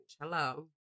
Hello